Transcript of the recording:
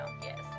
Yes